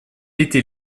était